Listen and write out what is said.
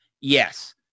Yes